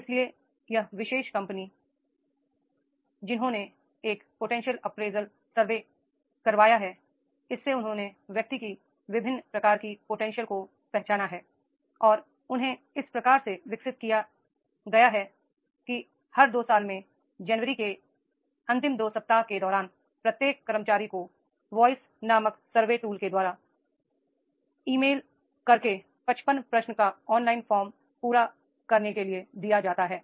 इसलिए यह विशेष कंपनी जिन्होंने एक पोटेंशियल अप्रेजल सर्वे करवाया हैi इससे उन्होंने व्यक्ति की विभिन्न प्रकार की पोटेंशियल्स को पहचाना है और उन्हें इस प्रकार से विकसित किया गया है कि हर 2 साल में जनवरी के अंतिम 2 सप्ताह के दौरान प्रत्येक कर्मचारी को वॉइस नामक सर्वे टूल के द्वारा ई मेल द्वारा 55 प्रश्नों का ऑनलाइन फॉर्म पूरा करने के लिए दिया जाता है